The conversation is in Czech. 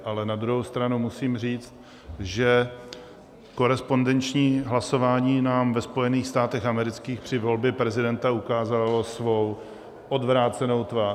Ale na druhou stranu musím říct, že korespondenční hlasování nám ve Spojených státech amerických při volbě prezidenta ukázalo svou odvrácenou tvář.